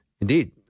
Indeed